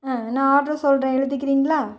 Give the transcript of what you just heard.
ஆ நான் ஆர்ட்ரு சொல்கிறேன் எழுதிக்கிறீங்களா